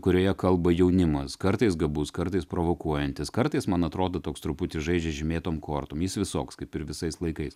kurioje kalba jaunimas kartais gabus kartais provokuojantis kartais man atrodo toks truputį žaidžia žymėtom kortom jis visoks kaip ir visais laikais